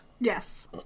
Yes